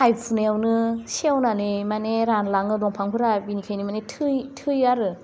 थाइफुनायावनो सेवनानै माने रानलाङो दंफांफोरा बेनिखायनो माने थैयो आरो